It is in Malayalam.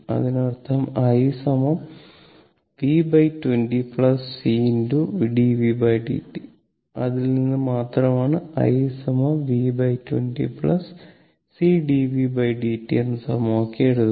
അതിനർത്ഥം i v20 c d vd t അതിൽ നിന്ന് മാത്രമാണ് i v20 c d vd t എന്ന സമവാക്യം എഴുതുന്നത്